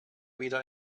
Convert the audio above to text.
wieder